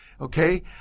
Okay